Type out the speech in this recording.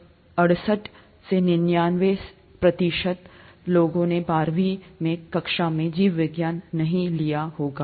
और सभी विभागों को एक साथ रखा गया सभी इंजीनियरिंग विभागों को एक साथ रखा गया लगभग अड़सठ निन्यानवे से अड़सठ प्रतिशत हो सकता है कि उनके बारहवीं कक्षा में जीव विज्ञान नहीं हुआ होगा